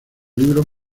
libros